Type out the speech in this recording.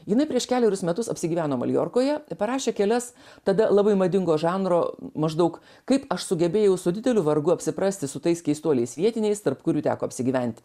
jinai prieš kelerius metus apsigyveno maljorkoje parašė kelias tada labai madingo žanro maždaug kaip aš sugebėjau su dideliu vargu apsiprasti su tais keistuoliais vietiniais tarp kurių teko apsigyventi